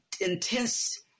intense